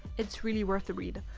it's really worth the read.